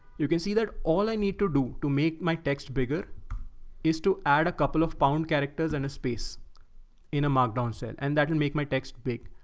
you can see that all i need to do to make my text bigger is to add a couple of pound characters and a space in a markdown cell and that'll and make my text big.